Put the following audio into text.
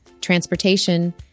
transportation